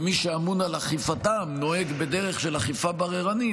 ומי שאמון על אכיפתם נוהג בדרך של אכיפה בררנית.